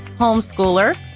homeschooler,